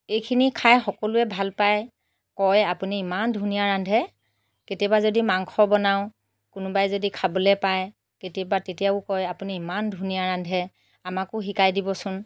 এইখিনি খাই সকলোৱে ভাল পায় কয় আপুনি ইমান ধুনীয়া ৰান্ধে কেতিয়াবা যদি মাংস বনাওঁ কোনোবাই যদি খাবলৈ পায় কেতিয়াবা তেতিয়াও কয় আপুনি ইমান ধুনীয়া ৰান্ধে আমাকো শিকাই দিবচোন